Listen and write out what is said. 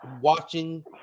watching